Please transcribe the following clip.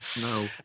No